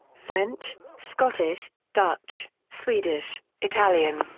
french, scottish, dutch, swedish, italian,